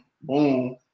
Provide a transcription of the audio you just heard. Boom